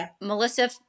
Melissa